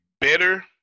better